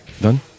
Done